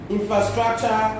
Infrastructure